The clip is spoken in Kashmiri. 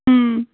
اۭم